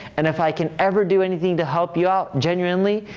and if i can ever do anything to help you out, genuinely,